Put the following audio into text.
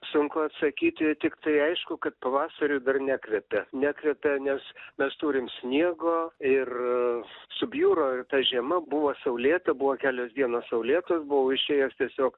sunku atsakyti tiktai aišku kad pavasariu dar nekvepia nekvepia nes mes turim sniego ir subjuro ta žiema buvo saulėta buvo kelios dienos saulėtos buvau išėjęs tiesiog